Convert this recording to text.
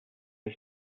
his